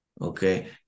okay